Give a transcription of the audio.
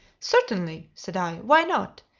certainly, said i why not?